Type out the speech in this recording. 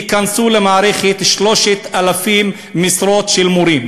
ייכנסו למערכת 3,000 משרות של מורים.